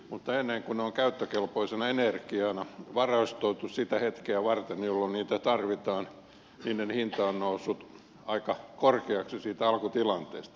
mutta ennen kuin ne ovat käyttökelpoisena energiana varastoitu sitä hetkeä varten milloin niitä tarvitaan niiden hinta on noussut aika korkeaksi siitä alkutilanteesta